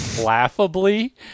laughably